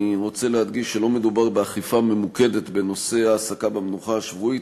אני רוצה להדגיש שלא מדובר באכיפה ממוקדת בנושא העסקה במנוחה השבועית,